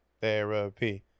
therapy